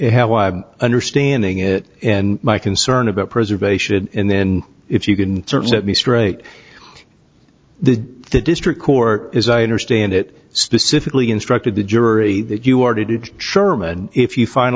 nderstanding it and my concern about preservation and then if you can search that me straight the district court as i understand it specifically instructed the jury that you are to ditch sherman if you find a